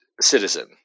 citizen